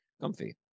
comfy